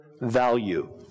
value